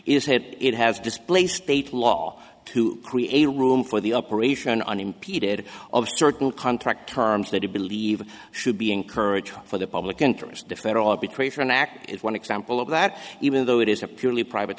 is had it has displaced state law to create a room for the operation unimpeded of certain contract terms they believe should be encouraged for the public interest if they'd all be creator an act is one example of that even though it is a purely private